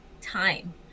time